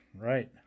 Right